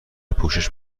پوشش